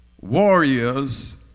warriors